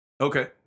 Okay